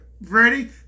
ready